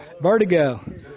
Vertigo